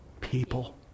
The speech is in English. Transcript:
People